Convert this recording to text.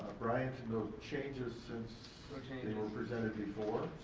briant, no changes since they were presented before.